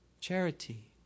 Charity